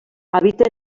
habita